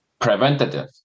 preventative